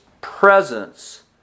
presence